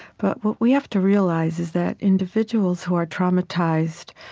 but what we have to realize is that individuals who are traumatized,